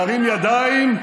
להרים ידיים,